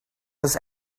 was